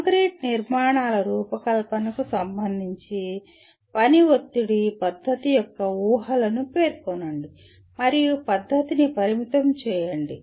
concrete నిర్మాణాల రూపకల్పనకు సంబంధించి పని ఒత్తిడి పద్ధతి యొక్క ఊహలను పేర్కొనండి మరియు పద్ధతిని పరిమితం చేయండి